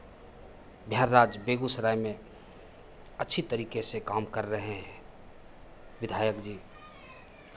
बिहार राज्य बेगूसराय में अच्छी तरीके से काम कर रहे हैं विधायक जी